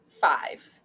five